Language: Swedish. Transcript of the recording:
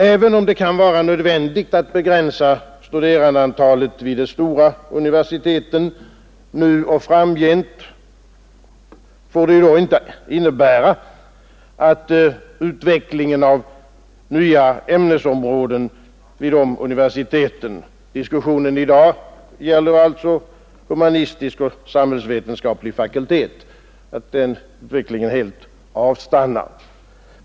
Även om det kan vara nödvändigt att begränsa studerandeantalet vid de stora universiteten nu och framgent, får det inte innebära att utvecklingen av nya ämnesområden vid dessa universitet — diskussionen i dag gäller humanistisk och samhällsvetenskaplig fakultet — helt avstannar.